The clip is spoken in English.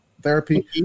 therapy